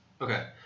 Okay